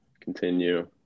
continue